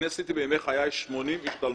עשיתי בימי חיי 80 השתלמויות,